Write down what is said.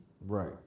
Right